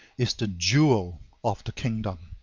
is the jewel of the kingdom.